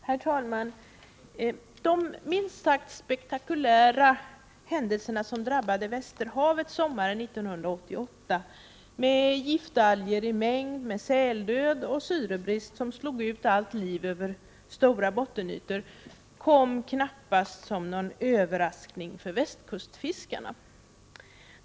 Herr talman! De minst sagt spektakulära händelser som drabbade Västerhavet sommaren 1988 — med giftalger i mängd, säldöd och syrebrist som slog ut allt liv över stora bottenytor — kom knappast som en överraskning för västkustfiskarna.